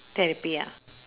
therapy ya